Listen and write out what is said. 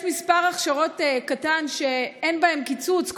יש מספר הכשרות קטן שאין בהן קיצוץ,